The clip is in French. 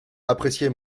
appréciait